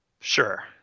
Sure